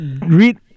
read